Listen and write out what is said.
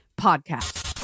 Podcast